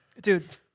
Dude